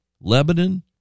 Lebanon